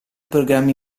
programmi